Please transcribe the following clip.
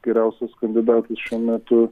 geriausias kandidatas šiuo metu